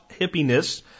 hippiness